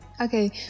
Okay